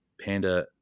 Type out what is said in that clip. PANDA